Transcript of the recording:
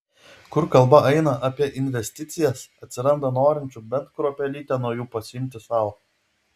kur kalba eina apie investicijas atsiranda norinčių bent kruopelytę nuo jų pasiimti sau